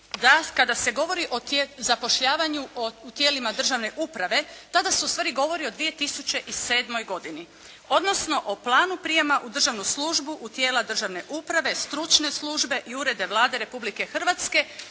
kada se govori o zapošljavanju u tijelima državne uprave tada se ustvari govori o 2007. godini odnosno o planu prijema u državnu službu u tijela državne uprave, stručne službe i urede Vlade Republike Hrvatske